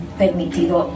permitido